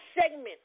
segment